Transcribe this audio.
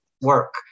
work